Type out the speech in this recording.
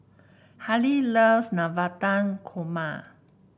Hali loves Navratan Korma